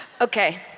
Okay